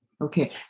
Okay